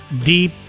deep